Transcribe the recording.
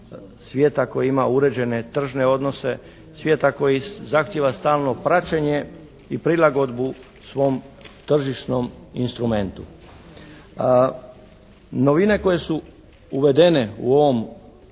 svijeta koji ima uređene tržne odnose, svijeta koji zahtijeva stalno praćenje i prilagodbu svom tržišnom instrumentu. Novine koje su uvedene u ovom